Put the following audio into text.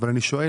אבל אני שואל,